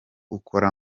ukora